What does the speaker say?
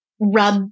rub